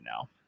now